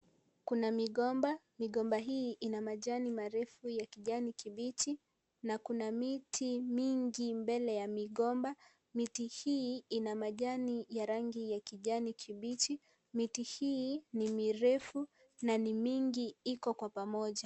Kuna migomba. Migomba hii ina majani marefu ya kijani kibichi na kuna miti mingi mbele ya migomba. Miti hii, ina majani ya rangi ya kijani kibichi. Miti hii, ni mirefu na ni mingi, iko kwa pamoja.